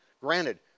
Granted